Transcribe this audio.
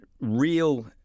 real